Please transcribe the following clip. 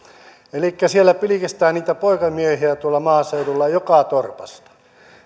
elikkä siellä pilkistää niitä poikamiehiä tuolla maaseudulla joka torpasta